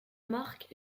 marque